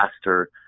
faster